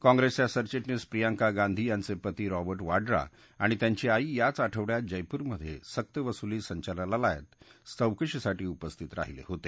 काँप्रेसच्या सरचिटणीस प्रियंका गांधी यांचे पती रॉबर्ट वाड्रा आणि त्यांची आई याच आठवड्यात जयपूरमध्ये सक्तवसुली संचलनालयात चौकशीसाठी उपस्थित राहीले होते